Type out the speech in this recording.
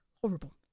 horrible